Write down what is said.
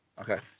Okay